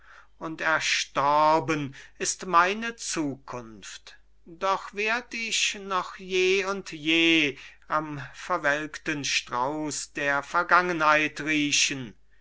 und erstorben ist meine zukunft doch werd ich noch je und je am verwelkten strauß der vergangenheit